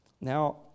Now